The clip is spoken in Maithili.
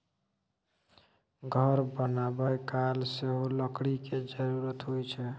घर बनाबय काल सेहो लकड़ी केर जरुरत होइ छै